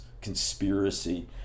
conspiracy